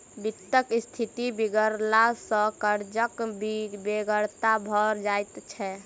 वित्तक स्थिति बिगड़ला सॅ कर्जक बेगरता भ जाइत छै